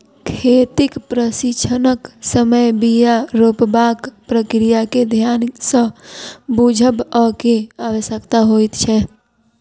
खेतीक प्रशिक्षणक समय बीया रोपबाक प्रक्रिया के ध्यान सँ बुझबअ के आवश्यकता होइत छै